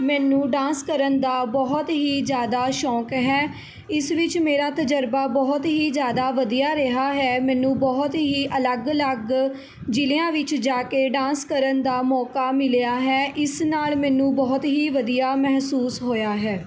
ਮੈਨੂੰ ਡਾਂਸ ਕਰਨ ਦਾ ਬਹੁਤ ਹੀ ਜ਼ਿਆਦਾ ਸ਼ੌਂਕ ਹੈ ਇਸ ਵਿੱਚ ਮੇਰਾ ਤਜਰਬਾ ਬਹੁਤ ਹੀ ਜ਼ਿਆਦਾ ਵਧੀਆ ਰਿਹਾ ਹੈ ਮੈਨੂੰ ਬਹੁਤ ਹੀ ਅਲੱਗ ਅਲੱਗ ਜ਼ਿਲਿਆਂ ਵਿੱਚ ਜਾ ਕੇ ਡਾਂਸ ਕਰਨ ਦਾ ਮੌਕਾ ਮਿਲਿਆ ਹੈ ਇਸ ਨਾਲ਼ ਮੈਨੂੰ ਬਹੁਤ ਹੀ ਵਧੀਆ ਮਹਿਸੂਸ ਹੋਇਆ ਹੈ